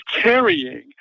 carrying